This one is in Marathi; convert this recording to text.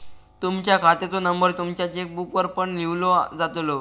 तुमच्या खात्याचो नंबर तुमच्या चेकबुकवर पण लिव्हलो जातलो